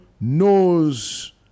knows